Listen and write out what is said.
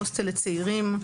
הוסטל לצעירים,